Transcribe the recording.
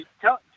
Tell